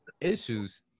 Issues